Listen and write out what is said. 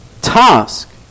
task